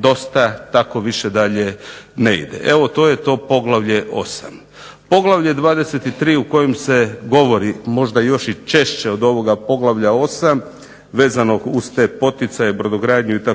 dosta, tako više dalje ne ide. Evo to je to poglavlje 8. Poglavlje 23 u kojem se govori možda još i češće od ovog poglavlja 8 vezano uz te poticaje, brodogradnju itd.